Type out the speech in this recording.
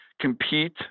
compete